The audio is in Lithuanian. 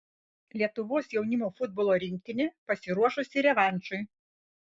lietuvos jaunimo futbolo rinktinė pasiruošusi revanšui